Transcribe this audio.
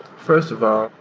first of all,